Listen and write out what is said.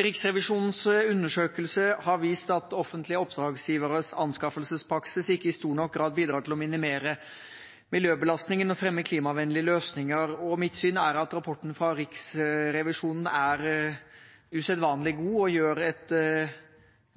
Riksrevisjonens undersøkelse har vist at offentlige oppdragsgiveres anskaffelsespraksis ikke i stor nok grad bidrar til å minimere miljøbelastningen og fremme klimavennlige løsninger. Mitt syn er at rapporten fra Riksrevisjonen er usedvanlig god og gjør et